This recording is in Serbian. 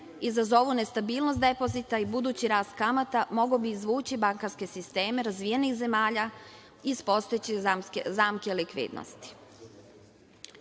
izazovu nestabilnost depozita i budući rast kamata, mogao bi izvući bankarske sisteme razvijenih zemalja iz postojeće zamke likvidnosti. Mnoge